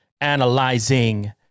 analyzing